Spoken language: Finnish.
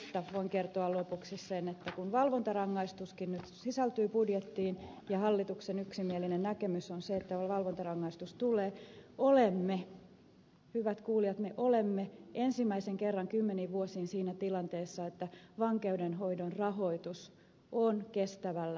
vankilasta voin kertoa lopuksi sen että kun valvontarangaistuskin nyt sisältyy budjettiin ja hallituksen yksimielinen näkemys on se että valvontarangaistus tulee olemme hyvät kuulijat ensimmäisen kerran kymmeniin vuosiin siinä tilanteessa että vankeinhoidon rahoitus on kestävällä pohjalla